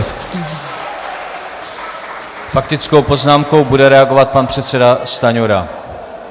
S faktickou poznámkou bude reagovat pan předseda Stanjura.